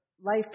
life